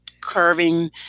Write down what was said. curving